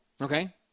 okay